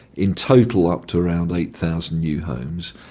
in total up to around eight thousand new homes,